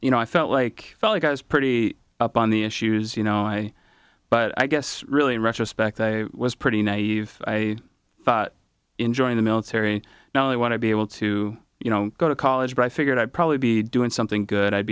you know i felt like i was pretty up on the issues you know i but i guess really in retrospect i was pretty naive i thought in joining the military now i want to be able to you know go to college but i figured i'd probably be doing something good i'd